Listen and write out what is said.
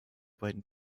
beiden